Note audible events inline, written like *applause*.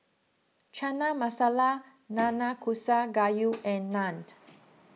Chana Masala *noise* Nanakusa Gayu and Naaned